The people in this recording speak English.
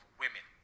women